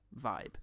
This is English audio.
Vibe